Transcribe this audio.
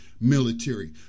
military